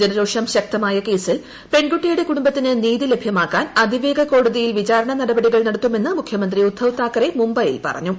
ജനരോഷം ശക്തമായ കേസിൽ പെൺകുട്ടിയുടെ കുടുംബത്തിന് നീതി ലഭ്യമാക്കാൻ അതിവേഗ കോടതിയിൽ വിചാരണ നടപടികൾ നടത്തുമെന്ന് മുഖ്യമന്ത്രി ഉദ്ധവ് താക്കറെ മുംബൈയിൽ പറഞ്ഞു